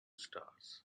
stars